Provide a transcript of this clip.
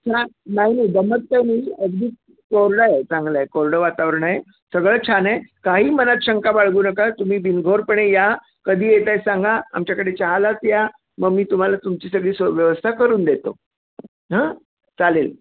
छान नाही नाही दमट नाही अगदी कोरडं आहे चांगलं आहे कोरडं वातावरण आहे सगळं छान आहे काही मनात शंका बाळगू नका तुम्ही बिनघोरपणे या कधी येता आहे सांगा आमच्याकडे चहालाच या मग मी तुम्हाला तुमची सगळी स व्यवस्था करून देतो हं चालेल